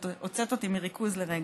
את הוצאת אותי מריכוז לרגע,